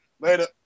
Later